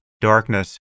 darkness